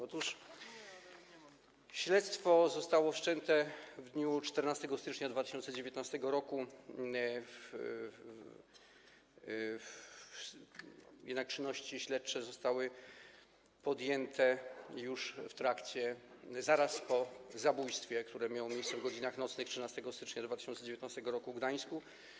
Otóż śledztwo zostało wszczęte w dniu 14 stycznia 2019 r., jednak czynności śledcze zostały podjęte już w trakcie zdarzenia, zaraz po zabójstwie, które miało miejsce w godzinach nocnych 13 stycznia 2019 r. w Gdańsku.